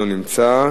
נמצא.